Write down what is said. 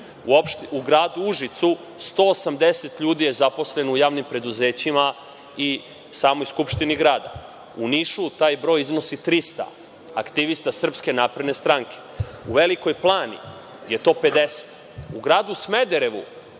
U Gradu Užicu 180 ljudi je zaposleno u javnim preduzećima i samoj Skupštini grada. U Nišu taj broj iznosi 300 aktivista SNS, u Velikoj Plani je to 50. U Gradu Smederevu